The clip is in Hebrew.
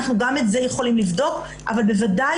אנחנו גם את זה יכולים לבדוק אבל בוודאי